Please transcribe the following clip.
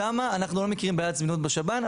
שם אנחנו לא מכירים בעיית זמינות בשב"ן.